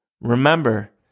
Remember